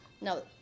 No